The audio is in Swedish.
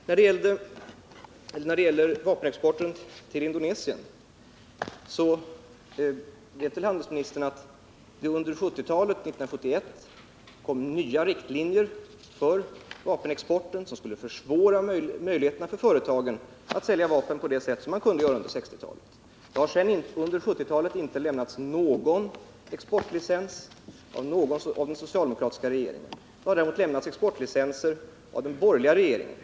När det gäller vapenexporten till Indonesien vet väl handelsministern att det 1971 kom nya riktlinjer för vapenexporten som skulle försvåra möjligheterna för företagen att sälja vapen på det sätt som man kunde göra under 1960-talet. Under 1970-talet har det inte lämnats någon exportlicens av den socialdemokratiska regeringen. Däremot har det lämnats exportlicenser av den borgerliga regeringen.